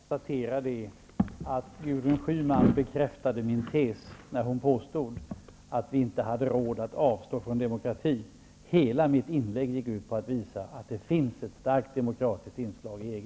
Herr talman! Jag kan bara konstatera att Gudrun Schyman bekräftade min tes i och med att hon påstod att vi inte har råd att avstå från demokratin. Hela mitt inlägg gick ut på att visa att det finns ett starkt demokratiskt inslag i EG.